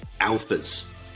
Alphas